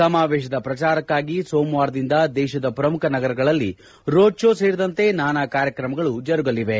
ಸಮಾವೇಶದ ಪ್ರಚಾರಕ್ನಾಗಿ ಸೋಮವಾರದಿಂದ ದೇಶದ ಪ್ರಮುಖ ನಗರಗಳಲ್ಲಿ ರೋಡ್ ಶೋ ಸೇರಿದಂತೆ ನಾನಾ ಕಾರ್ಯಕ್ರಮಗಳು ಜರುಗಲಿವೆ